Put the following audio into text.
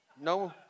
No